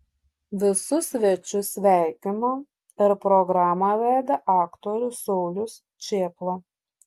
visus svečius sveikino ir programą vedė aktorius saulius čėpla